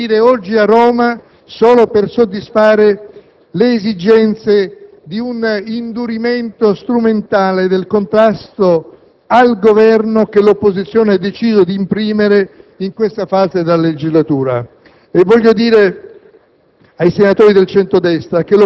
sanno bene di essere dovuti venire oggi a Roma solo per soddisfare le esigenze di un indurimento strumentale del contrasto al Governo, che l'opposizione ha deciso di imprimere in questa fase della legislatura. E voglio dire